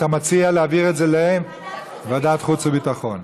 אתה מציע להעביר את זה לוועדת חוץ וביטחון.